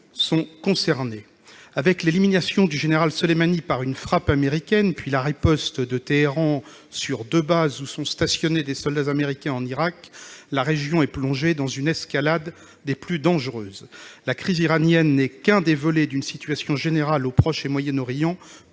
sont concernés. Avec l'élimination du général Soleimani par une frappe américaine, puis la riposte de Téhéran sur deux bases où sont stationnés des soldats américains en Irak, la région est plongée dans une escalade des plus dangereuses. La crise iranienne n'est que l'un des volets d'une situation générale profondément